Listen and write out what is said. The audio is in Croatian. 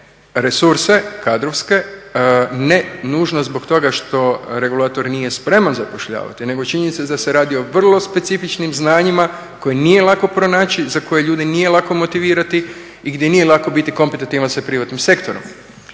resurse kadrovske, ne nužno zbog toga što regulator n ije spreman zapošljavati nego činjenica da se radi o vrlo specifičnim znanjima koje nije lako pronaći, za koje ljude nije lako motivirati i gdje nije lako biti kompetitivan sa privatnim sektorom.